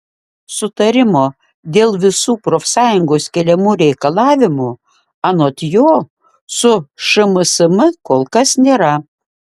sutarimo dėl visų profsąjungos keliamų reikalavimų anot jo su šmsm kol kas nėra